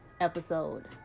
episode